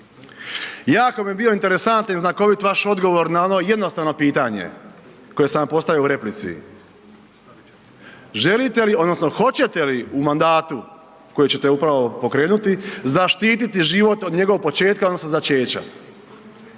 Jako mi je interesantan i znakovit vaš odgovor na ono jednostavno pitanje koje sam vam postavio u replici. Želite li odnosno hoćete li u mandatu koji ćete upravo pokrenuti, zaštititi život od njegovog početka odnosno začeća?